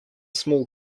small